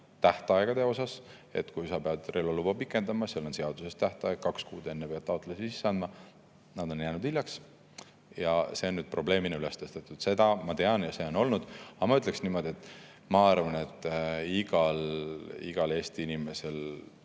tähtaegade osas. Kui sa pead relvaluba pikendama, siis on seaduses tähtaeg ja kaks kuud enne pead taotluse sisse andma. Nad on jäänud hiljaks ja see on probleemina üles tõstetud, seda ma tean ja see on olnud. Aga ma ütleksin niimoodi, et ma arvan, et igat Eesti inimest